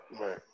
right